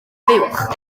fuwch